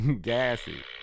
Gassy